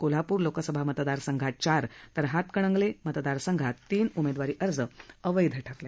कोल्हापूर लोकसभा मतदारसंघात चार तर हातकणंगले मतदारसंघात तीन उमेदवारी अर्ज अवैध ठरले